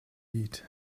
eat